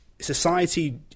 Society